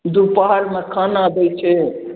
दुपहरमे खाना दै छै